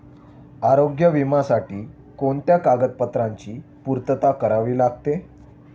आरोग्य विम्यासाठी कोणत्या कागदपत्रांची पूर्तता करावी लागते?